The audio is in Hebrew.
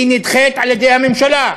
היא נדחית על-ידי הממשלה.